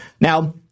Now